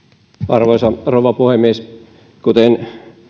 arvoisa rouva puhemies kuten